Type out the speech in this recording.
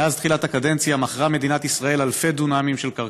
מאז תחילת הקדנציה מכרה מדינת ישראל אלפי דונמים של קרקעות.